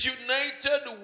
united